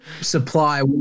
supply